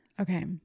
okay